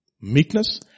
meekness